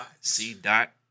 C.Dot